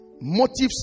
Motives